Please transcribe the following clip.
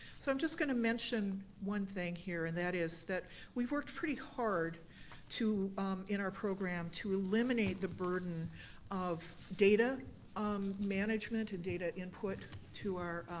so i'm just gonna mention one thing here, and that is that we've worked pretty hard in in our program to eliminate the burden of data um management and data input to our